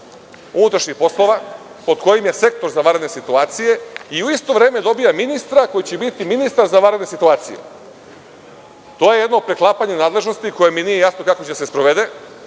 unutrašnjih poslova pod kojim je Sektor za vanredne situacije i u isto vreme dobija ministra koji će biti ministar za vanredne situacije. To je jedno preklapanje nadležnosti koje mi nije jasno kako će da se sprovede.